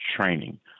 training